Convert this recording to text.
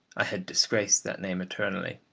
i had disgraced that name eternally.